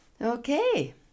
Okay